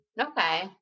Okay